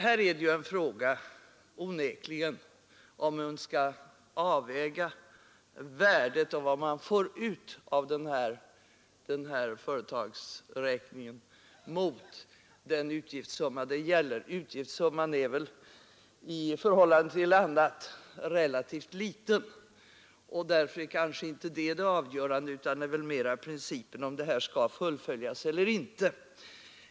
Här är det onekligen fråga om att avväga värdet av vad man får ut genom företagsräkningen mot den utgiftssumma det gäller. Utgiftssumman är väl i förhållande till annat relativt liten och därför är kanske inte den det avgörande, utan det gäller mera principen om detta skall fullföljas eller inte.